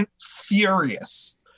furious